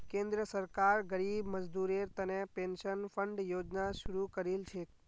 केंद्र सरकार गरीब मजदूरेर तने पेंशन फण्ड योजना शुरू करील छेक